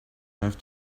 have